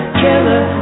killer